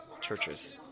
churches